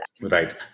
Right